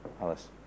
Alice